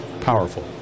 powerful